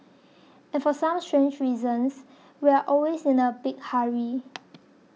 and for some strange reasons we are always in a big hurry